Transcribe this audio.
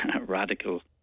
radical